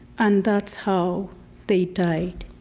and that's how they died.